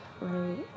right